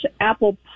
apple